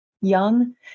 Young